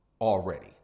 already